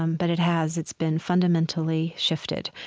um but it has. it's been fundamentally shifted.